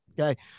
okay